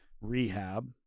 rehab—